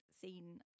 seen